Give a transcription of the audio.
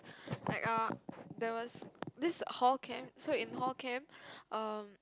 like uh there was this hall camp so in hall camp um